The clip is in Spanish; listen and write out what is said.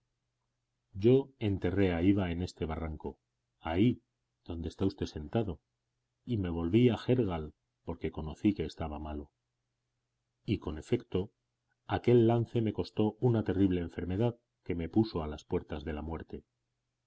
yo enterré a iwa en este barranco ahí donde está usted sentado y me volví a gérgal porque conocí que estaba malo y con efecto aquel lance me costó una terrible enfermedad que me puso a las puertas de la muerte